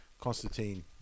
Constantine